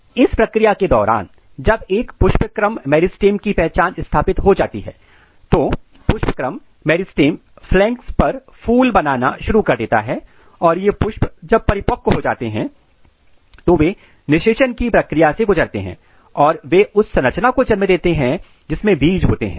और इस प्रक्रिया के दौरान जब एक पुष्पक्रम मेरिस्टेम की पहचान स्थापित हो जाती है तो पुष्पक्रम मेरिस्टेम फ्लैंक्स पर फूल बनाना शुरू कर देगा और ये फूल जब परिपक्व हो जाते हैं तो वे निषेचन की प्रक्रिया से गुजरते हैं और वे उस संरचना को जन्म देते हैं जिसमें बीज होते हैं